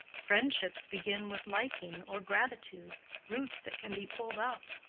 friendships begin with liking or gratitude roots that can be pulled up.